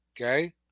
okay